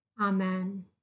Amen